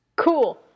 Cool